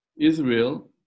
Israel